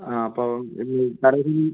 ആ അപ്പം ഇത് തടവി